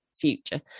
future